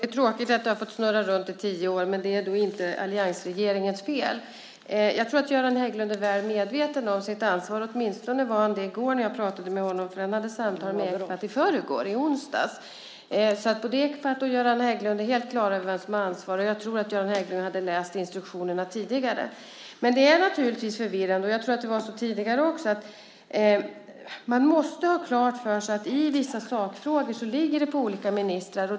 Herr talman! Det är tråkigt att den har fått snurra runt i tio år, men det är då inte alliansregeringens fel. Jag tror att Göran Hägglund är väl medveten om sitt ansvar. Åtminstone var han det i går när jag pratade med honom, för han hade ett samtal med Ecpat i förrgår, i onsdags. Både Ecpat och Göran Hägglund är alltså helt klara över vem som har ansvaret. Jag tror också att Göran Hägglund hade läst instruktionerna tidigare. Det är naturligtvis förvirrande, och jag tror att det var så tidigare också, men man måste ha klart för sig att vissa sakfrågor ligger på olika ministrar.